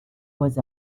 was